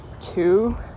two